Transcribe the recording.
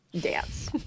dance